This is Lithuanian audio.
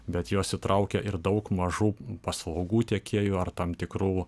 bet jos įtraukia ir daug mažų paslaugų tiekėjų ar tam tikrų